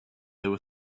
were